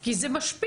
כי זה משפיע,